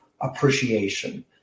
appreciation